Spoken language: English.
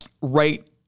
right